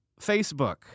Facebook